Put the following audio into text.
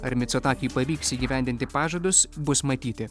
ar micotakiui pavyks įgyvendinti pažadus bus matyti